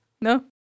No